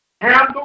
Handle